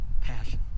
Passion